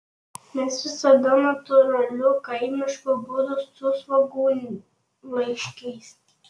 mes visada natūraliu kaimišku būdu su svogūnlaiškiais